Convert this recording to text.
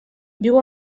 viu